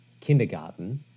kindergarten